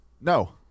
No